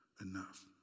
enough